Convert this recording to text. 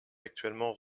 actuellement